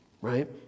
right